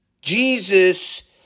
Jesus